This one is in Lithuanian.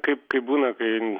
kaip kaip būna kai